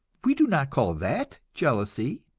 we do not call that jealousy,